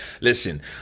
listen